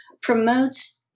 promotes